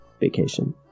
vacation